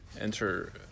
enter